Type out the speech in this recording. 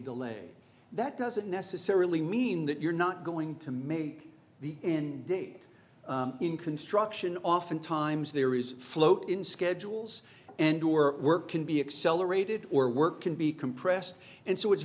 delay that doesn't necessarily mean that you're not going to may be in day in construction often times there is float in schedules and or work can be accelerated or work can be compressed and so it's